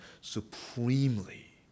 supremely